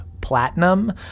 platinum